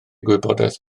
gwybodaeth